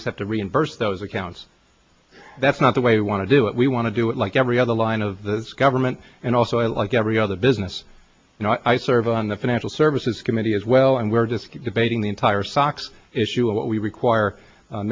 just have to reimburse those accounts that's not the way we want to do it we want to do it like every other line of government and also i like every other business you know i serve on the financial services committee as well and we're just debating the entire socks issue of what we require